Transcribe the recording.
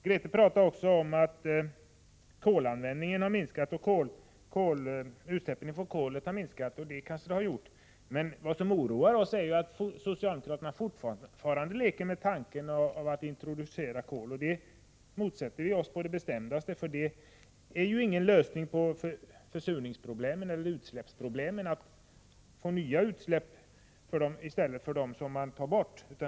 Grethe Lundblad talar också om att kolanvändningen och utsläppen från kol har minskat. Det kan de ha gjort. Men vad som oroar oss är att socialdemokraterna fortfarande leker med tanken att introducera kol, och det motsätter vi oss på det bestämdaste. Det är ingen lösning på problemen med försurning och utsläpp att få nya utsläpp i stället för dem som man tar bort.